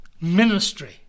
ministry